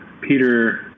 Peter